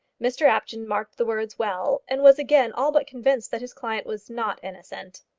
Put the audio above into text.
mr apjohn marked the words well, and was again all but convinced that his client was not innocent.